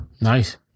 Nice